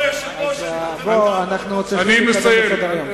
אנחנו צריכים להמשיך בסדר-היום.